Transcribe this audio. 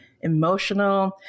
emotional